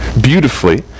beautifully